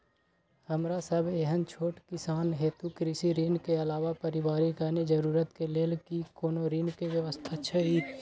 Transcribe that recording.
हमरा सब एहन छोट किसान हेतु कृषि ऋण के अलावा पारिवारिक अन्य जरूरत के लेल की कोनो ऋण के व्यवस्था छै?